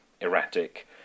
erratic